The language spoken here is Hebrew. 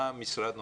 מה המשרד נותן?